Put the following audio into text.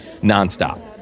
nonstop